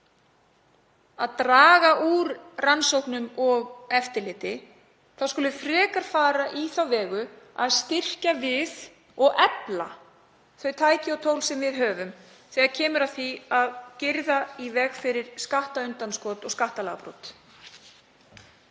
að draga úr rannsóknum og eftirliti skulum við frekar fara í þá vegferð að styrkja og efla þau tæki og tól sem við höfum þegar kemur að því að girða fyrir skattundanskot og skattalagabrot.